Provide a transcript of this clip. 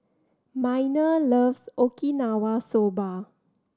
Minor loves Okinawa Soba